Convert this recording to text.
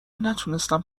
نتونستم